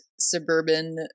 suburban